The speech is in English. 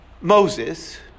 Moses